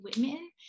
women